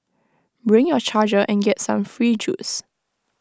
bring your charger and get some free juice